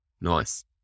nice